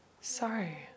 Sorry